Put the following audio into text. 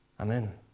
Amen